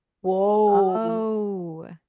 Whoa